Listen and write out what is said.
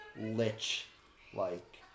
lich-like